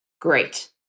Great